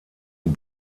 und